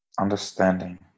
understanding